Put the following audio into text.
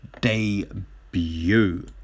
Debut